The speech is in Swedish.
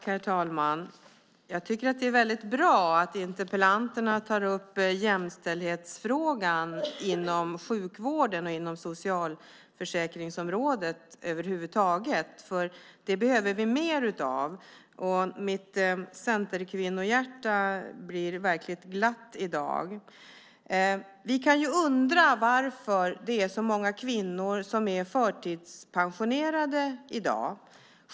Herr talman! Jag tycker att det är bra att interpellanterna tar upp jämställdhetsfrågan inom sjukvården och inom socialförsäkringsområdet. Det behöver vi mer av. Mitt centerkvinnohjärta gläder sig. Vi kan ju undra varför så många kvinnor är förtidspensionerade.